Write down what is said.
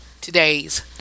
today's